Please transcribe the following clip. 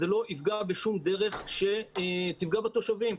שלא זה ייפגע בשום דרך שתפגע בתושבים.